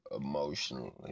emotionally